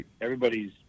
everybody's